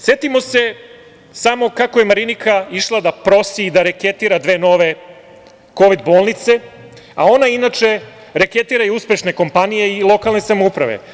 Setimo se samo kako je Marinika išla da prosi i reketira dve nove Kovid bolnice, a ona inače reketira i uspešne kompanije i lokalne samouprave.